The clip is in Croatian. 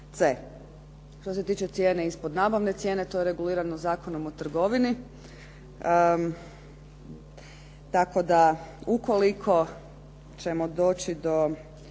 Što se tiče cijene ispod nabavne cijene to je regulirano Zakonom o trgovini